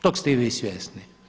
Tog ste i vi svjesni.